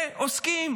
ועוסקים.